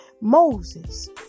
Moses